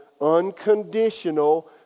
unconditional